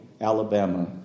Alabama